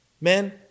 Man